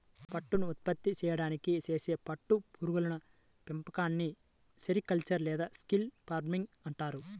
పట్టును ఉత్పత్తి చేయడానికి చేసే పట్టు పురుగుల పెంపకాన్ని సెరికల్చర్ లేదా సిల్క్ ఫార్మింగ్ అంటారు